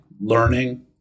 learning